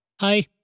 Hi